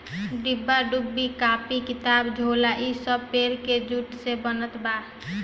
डिब्बा डुब्बी, कापी किताब, झोला इ सब पेड़ के जूट से बनत बाने